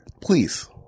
Please